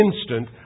instant